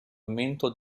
aumento